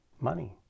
money